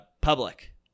public